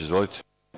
Izvolite.